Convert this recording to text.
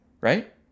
right